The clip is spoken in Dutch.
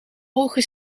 hoge